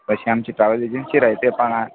तशी आमची travel agency राहाते पण